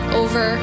over